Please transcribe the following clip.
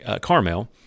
Carmel